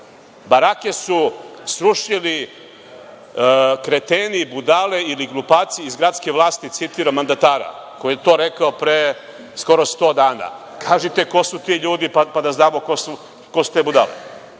barake su srušili kreteni, budale i glupaci iz gradske vlasti, citiram mandara koji je to rekao pre skoro 100 dana. Kažite ko su ti ljudi, pa da znamo ko su te budale